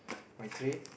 my tray